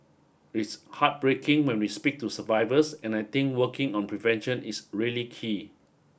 it's heartbreaking when we speak to survivors and I think working on prevention is really key